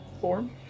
form